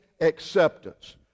acceptance